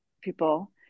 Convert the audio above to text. people